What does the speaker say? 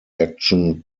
action